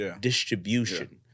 distribution